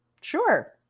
sure